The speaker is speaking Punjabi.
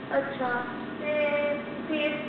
ਅੱਛਾ ਅਤੇ ਫੀਸ